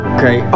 Okay